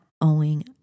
owing